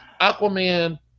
Aquaman